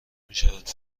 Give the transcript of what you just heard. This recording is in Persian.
میشود